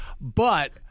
But-